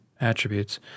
attributes